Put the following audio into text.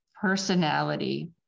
personality